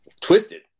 twisted